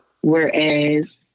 Whereas